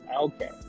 Okay